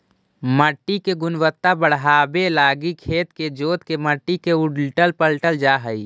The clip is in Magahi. मट्टी के गुणवत्ता बढ़ाबे लागी खेत के जोत के मट्टी के उलटल पलटल जा हई